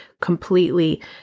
completely